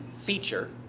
feature